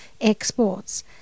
exports